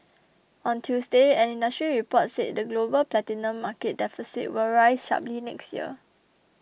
on Tuesday an industry report said the global platinum market deficit will rise sharply next year